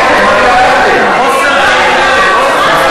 חוסר דרך ארץ.